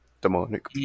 demonic